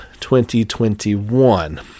2021